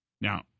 Now